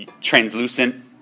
translucent